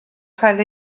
cael